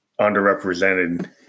underrepresented